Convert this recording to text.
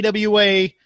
AWA